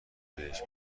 بهش